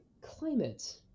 climate